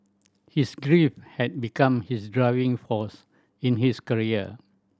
his grief had become his driving force in his career